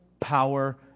power